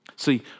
See